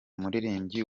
muririmbyi